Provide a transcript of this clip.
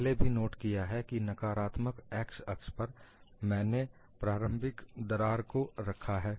पहले भी नोट किया है कि नकारात्मक x अक्ष पर मैंने प्रारंभिक दरार को रखा है